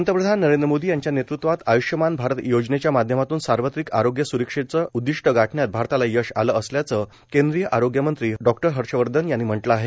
पंतप्रधान नरेंद्र मोदी यांच्या नेतृत्वात आयुष्यमान भारत योजनेच्या माध्यमातून सार्वत्रिक आरोग्य स्रक्षेचं उद्दिष्ट गाठण्यात भारताला यश आलं असल्याचं केंद्रीय आरोग्यमंत्री डॉक्टर हर्षवर्धन यांनी म्हटलं आहे